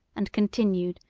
and continued,